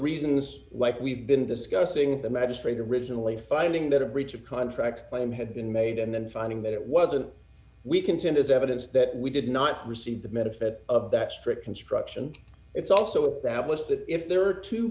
reasons like we've been discussing the magistrate originally finding that a breach of contract claim had been made and then finding that it wasn't we contend is evidence that we did not receive the benefit of that strict construction it's also established that if there are two